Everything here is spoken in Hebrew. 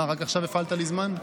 מה, רק עכשיו הפעלת לי זמן?